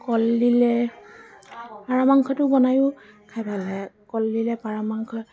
কলদিলে পাৰ মাংটো বনাইয়ো খাই ভাল লাগে কলদিলে পাৰ মাংসই